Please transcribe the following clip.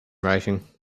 writing